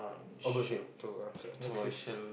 opposite to answer next is